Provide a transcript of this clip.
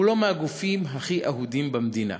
הוא לא מהגופים הכי אהודים במדינה.